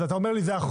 לא מוכן לזה.